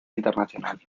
internacional